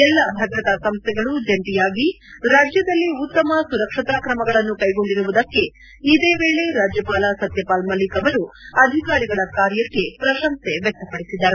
ಎಲ್ಲಾ ಭದ್ರತಾ ಸಂಸ್ಟೆಗಳು ಜಂಟಿಯಾಗಿ ರಾಜ್ಯದಲ್ಲಿ ಉತ್ತಮ ಸುರಕ್ಷತಾ ಕ್ರಮಗಳನ್ನು ಕೈಗೊಂಡಿರುವುದಕ್ಕೆ ಇದೇ ವೇಳೆ ರಾಜ್ಯಪಾಲ ಸತ್ಲಪಾಲ್ ಮಲಿಕ್ ಅವರು ಅಧಿಕಾರಿಗಳ ಕಾರ್ಯಕ್ಕೆ ಪ್ರಶಂಸೆ ವ್ಲಕ್ತಪಡಿಸಿದರು